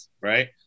right